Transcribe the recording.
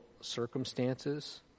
circumstances